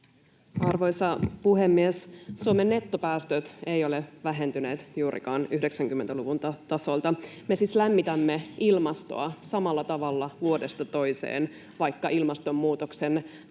Arvoisa puhemies! Suomen nettopäästöt eivät ole vähentyneet juurikaan 90-luvun tasolta. Me siis lämmitämme ilmastoa samalla tavalla vuodesta toiseen, vaikka ilmastonmuutoksen hurjat